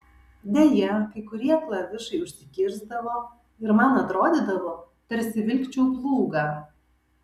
deja kai kurie klavišai užsikirsdavo ir man atrodydavo tarsi vilkčiau plūgą